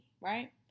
right